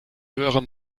höhere